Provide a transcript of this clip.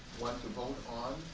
one to vote